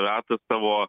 ratas tavo